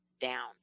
down